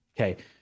Okay